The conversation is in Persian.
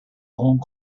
هنگ